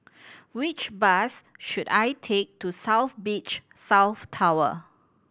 which bus should I take to South Beach South Tower